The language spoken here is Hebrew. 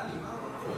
טלי, מה הוא אמר?